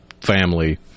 family